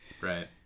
right